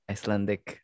Icelandic